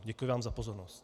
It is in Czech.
Děkuji vám za pozornost.